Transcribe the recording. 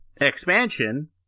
expansion